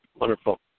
Wonderful